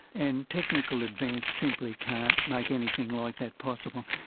and technical advance simply can't make anything like that possible.